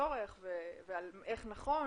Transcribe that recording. הצורך ועל איך נכון